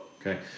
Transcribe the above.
Okay